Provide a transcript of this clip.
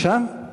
בשם, בבקשה?